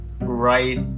right